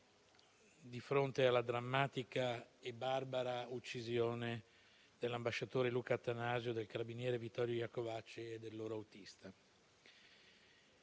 di fronte alla drammatica e barbara uccisione dell'ambasciatore Luca Attanasio, del carabiniere Vittorio Iacovacci e del loro autista.